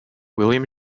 william